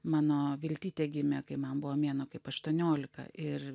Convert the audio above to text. mano viltytė gimė kai man buvo mėnuo kaip aštuoniolika ir